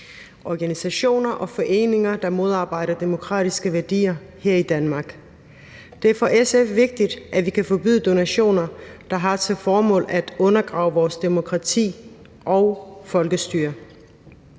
organisationer og foreninger, der modarbejder demokratiske værdier her i Danmark. Det er for SF vigtigt, at vi kan forbyde donationer, der har til formål at undergrave vores demokrati og folkestyre.